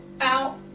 Out